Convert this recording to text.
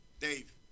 Dave